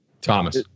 Thomas